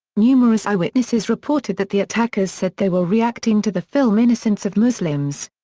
numerous eyewitnesses reported that the attackers said they were reacting to the film innocence of muslims.